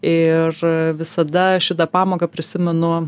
ir visada aš šitą pamoką prisimenu